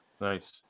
Nice